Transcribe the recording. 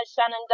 Shannon